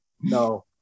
no